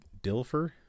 Dilfer